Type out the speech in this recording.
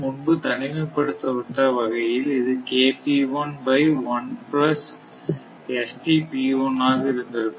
முன்பு தனிமைப்படுத்தப்பட்ட வகையில் இது ஆக இருந்திருக்கும்